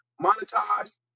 monetized